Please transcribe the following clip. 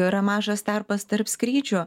yra mažas tarpas tarp skrydžio